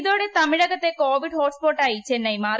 ഇതോടെ തമിഴകത്തെ കോവിഡ് ഹോട്ട്സ്പോട്ടായി ചെന്നൈ മാറി